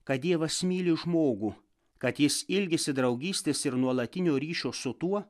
kad dievas myli žmogų kad jis ilgisi draugystės ir nuolatinio ryšio su tuo